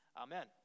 Amen